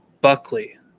Buckley